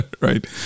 right